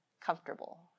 comfortable